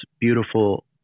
beautiful